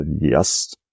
yes